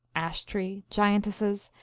ash-tree, giantesses,